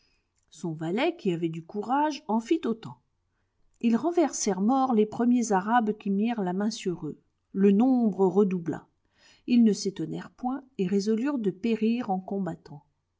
son valet qui avait du courage en fit autant ils renversèrent morts les premiers arabes qui mirent la main sur eux le nombre redoubla ils ne s'étonnèrent point et résolurent de périr en combattant